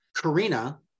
Karina